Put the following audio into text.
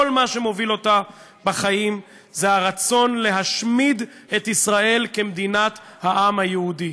כל מה שמוביל אותה בחיים זה הרצון להשמיד את ישראל כמדינת העם היהודי.